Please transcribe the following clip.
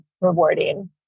rewarding